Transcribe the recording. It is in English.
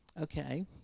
Okay